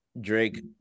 Drake